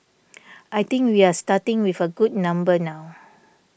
I think we are starting with a good number now